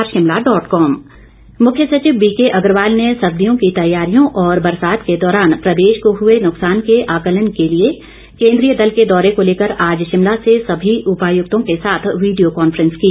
मुख्य सचिव मुख्य सचिव बी के अग्रवाल ने सर्दियों की तैयारियों और बरसात के दौरान प्रदेश को हुए नुक्सान के आकलन के लिए केंद्रीय दल के दौरे को लेकर आज शिमला से सभी उपायुक्तों के साथ वीडियो कांफेस की